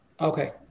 Okay